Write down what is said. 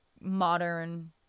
modern